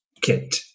kit